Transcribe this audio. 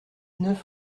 neuf